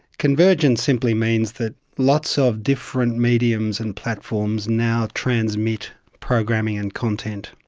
convergence simply means that lots of different mediums and platforms now transmit programming and content.